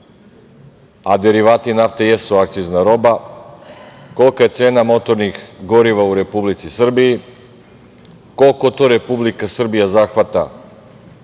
a derivati nafte jesu akcizna roba, kolika je cena motornih goriva u Republici Srbiji, koliko to Republika Srbija zahvata